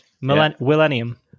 Millennium